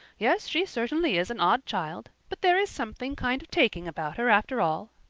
yes, she certainly is an odd child, but there is something kind of taking about her after all.